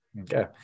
Okay